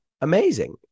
amazing